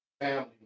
family